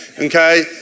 okay